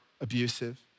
abusive